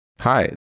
hi